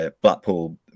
Blackpool